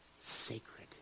sacred